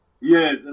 Yes